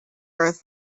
earth